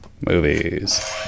Movies